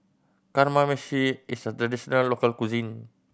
kamameshi is a traditional local cuisine